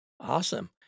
Awesome